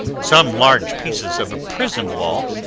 some large pieces of a prison wall,